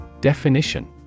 Definition